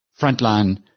frontline